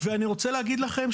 אני רוצה להגיד לכם,